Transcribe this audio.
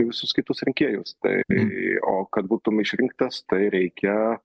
visus kitus rinkėjus tai o kad būtum išrinktas tai reikia